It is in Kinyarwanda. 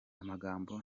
amagambo